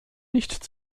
nicht